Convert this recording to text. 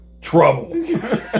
Trouble